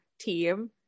team